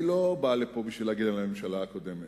אני לא בא לפה כדי להגן על הממשלה הקודמת,